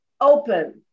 open